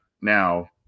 now